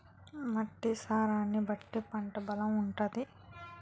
మట్టి సారాన్ని బట్టి పంట బలం ఉంటాది